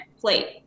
plate